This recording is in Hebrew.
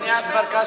לבניית מרכז